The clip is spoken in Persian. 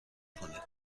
کنید